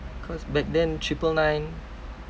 cause back then triple nine